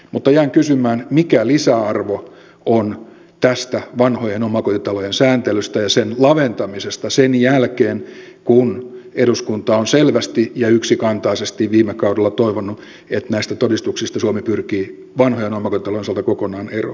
mutta jään kysymään mikä lisäarvo on tästä vanhojen omakotitalojen sääntelystä ja sen laventamisesta sen jälkeen kun eduskunta on selvästi ja yksikantaisesti viime kaudella toivonut että näistä todistuksista suomi pyrkii vanhojen omakotitalojen osalta kokonaan eroon